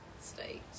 state